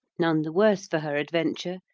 none the worse for her adventure,